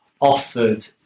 offered